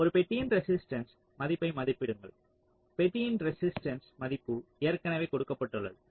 ஒரு பெட்டியின் ரெசிஸ்ட்டன்ஸ் மதிப்பை மதிப்பிடுங்கள் பெட்டியின் ரெசிஸ்ட்டன்ஸ் மதிப்பு ஏற்கனவே கொடுக்கப்பட்டுள்ளது